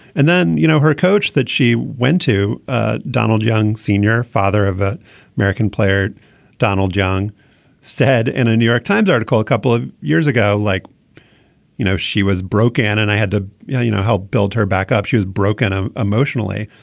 and then you know her coach that she went to ah donald young senior father of american player donald jang said in a new york times article a couple of years ago like you know she was broken and i had to yeah you know help build her back up she was broken ah emotionally.